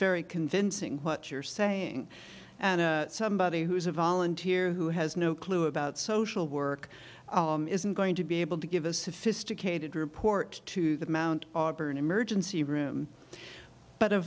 very convincing what you're saying and somebody who's a volunteer who has no clue about social work isn't going to be able to give a sophisticated report to the mount auburn emergency room but